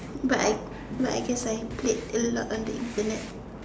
but I but I guess I played a lot on the Internet